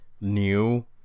new